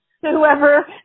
Whoever